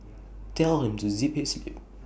tell him to zip his lip